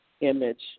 image